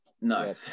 no